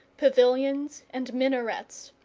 pavilions, and minarets.